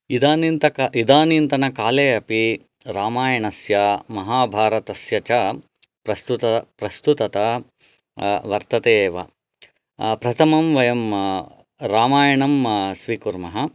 इदानींतक इदानींतनकाले अपि रामायणस्य महाभारतस्य च प्रस्तुत प्रस्तुतता वर्तते एव प्रथमं वयं रामायणं स्वीकुर्मः